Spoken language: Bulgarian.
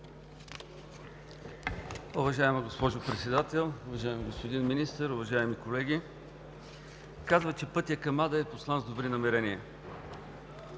Уважаема госпожо Председател, уважаеми господин Министър, уважаеми колеги! Казват, че пътят към ада е постлан с добри намерения.